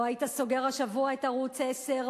לא היית סוגר השבוע את ערוץ-10,